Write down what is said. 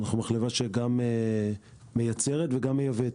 אנחנו מחלבה שגם מייצרת וגם מייבאת,